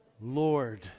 Lord